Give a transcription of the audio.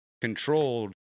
controlled